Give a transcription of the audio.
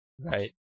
Right